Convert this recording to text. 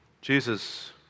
Jesus